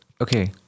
okay